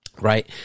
right